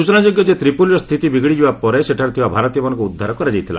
ସୂଚନାଯୋଗ୍ୟ ଯେ ତ୍ରିପୋଲିର ସ୍ଥିତି ବିଗିଡ଼ିଯିବା ପରେ ସେଠାରେ ଥିବା ଭାରତୀୟମାନଙ୍କୁ ଉଦ୍ଧାର କରାଯାଇଥିଲା